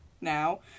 now